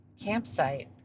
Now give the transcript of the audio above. campsite